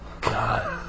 god